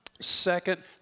Second